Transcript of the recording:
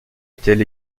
étaient